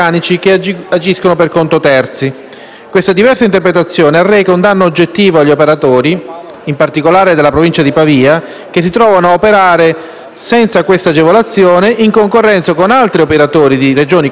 Questa diversa interpretazione arreca un danno oggettivo agli operatori, in particolare della provincia di Pavia, che si trovano a operare senza questa agevolazione in concorrenza con altri operatori di Regioni confinanti che, invece, ne usufruiscono.